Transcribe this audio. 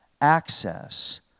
access